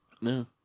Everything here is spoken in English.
No